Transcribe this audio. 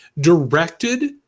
directed